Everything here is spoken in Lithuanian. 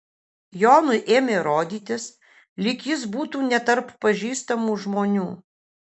jonui ėmė rodytis lyg jis būtų ne tarp pažįstamų žmonių